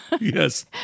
Yes